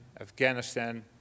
Afghanistan